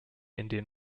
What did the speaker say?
indian